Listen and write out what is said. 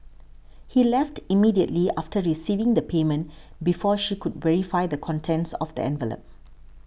he left immediately after receiving the payment before she could verify the contents of the envelope